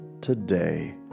today